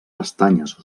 pestanyes